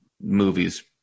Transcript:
movies